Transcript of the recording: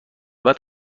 بعد